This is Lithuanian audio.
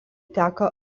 teka